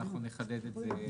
אנחנו נחדד את זה.